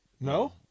No